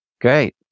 Great